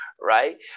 right